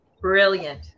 brilliant